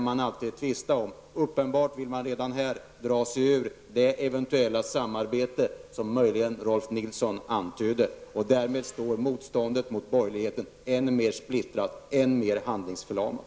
Man vill uppenbarligen redan här dra sig ur det eventuella samarbete som möjligen Rolf L Nilson antydde. Därmed står motståndet mot borgerligheten än mer splittrat, än mer handlingsförlamat.